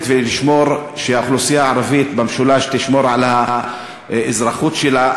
ולשמור שהאוכלוסייה הערבית במשולש תשמור על האזרחות שלה.